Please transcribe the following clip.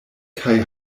kaj